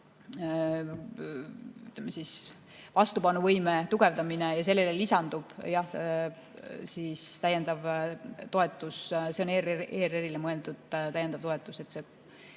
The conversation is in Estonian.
vastupanuvõime tugevdamine ja sellele lisandub täiendav toetus. See on ERR-ile mõeldud täiendav toetus. Kui see